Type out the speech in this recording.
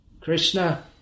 Krishna